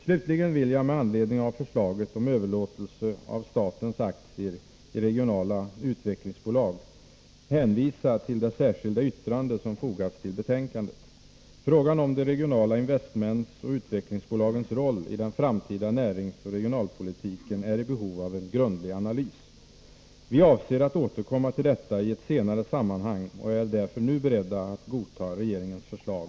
Slutligen vill jag med anledning av förslaget om överlåtelse av statens aktier i regionala utvecklingsbolag hänvisa till det särskilda yttrande som fogats till betänkandet. Frågan om de regionala investmentsoch utvecklingsbolagens roll i den framtida näringsoch regionalpolitiken är i behov av en grundlig analys. Vi avser att återkomma till detta i ett senare sammanhang och är därför nu — i avvaktan härpå — beredda att godta regeringens förslag.